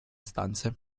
stanze